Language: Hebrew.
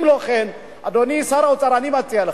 אם לא כן, אדוני שר האוצר, אני מציע לך,